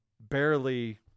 barely